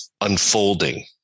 unfolding